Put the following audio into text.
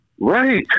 Right